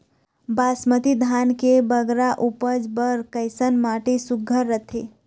बासमती धान के बगरा उपज बर कैसन माटी सुघ्घर रथे?